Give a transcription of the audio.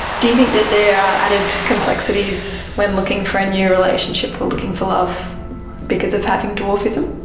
do you think that there are added complexities when looking for a new relationship or looking for love because of having dwarfism?